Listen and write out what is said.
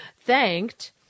thanked